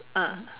ah